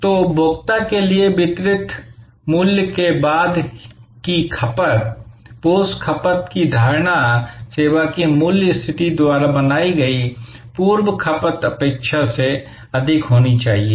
तो उपभोक्ता के लिए वितरित मूल्य के बाद की खपत पोस्ट खपत की धारणा सेवा की मूल्य स्थिति द्वारा बनाई गई पूर्व खपत अपेक्षा से अधिक होनी चाहिए